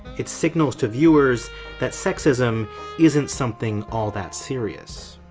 it signals to viewers that sexism isn't something all that serious.